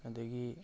ꯑꯗꯒꯤ